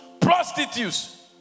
prostitutes